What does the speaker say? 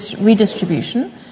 redistribution